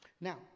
Now